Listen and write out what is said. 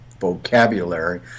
vocabulary